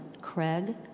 Craig